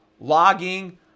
logging